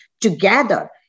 together